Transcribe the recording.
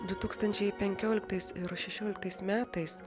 du tūkstančiai penkioliktais šešioliktais metais